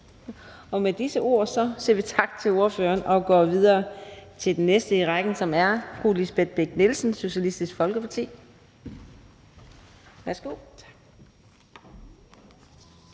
Med disse ord siger vi tak til ordføreren og går videre til den næste i rækken, som er Lisbeth Bech-Nielsen, Socialistisk Folkeparti. Værsgo.